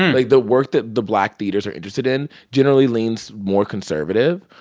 like, the work that the black theaters are interested in generally leans more conservative.